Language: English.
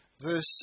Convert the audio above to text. Verse